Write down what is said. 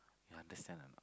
younger son